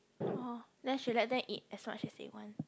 then should let them eat as much as they want